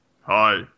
Hi